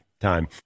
time